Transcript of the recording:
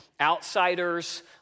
outsiders